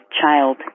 child